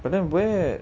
but then where